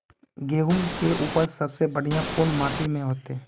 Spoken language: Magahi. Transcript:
गेहूम के उपज सबसे बढ़िया कौन माटी में होते?